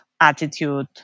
attitude